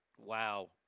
Wow